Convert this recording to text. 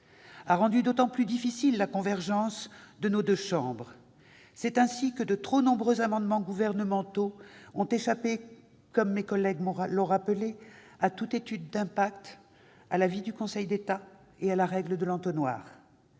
-a rendu d'autant plus difficile la convergence de nos deux chambres. C'est ainsi que de trop nombreux amendements gouvernementaux ont échappé, comme l'ont rappelé nos collègues, à toute étude d'impact, à l'avis du Conseil d'État et à la règle de l'entonnoir.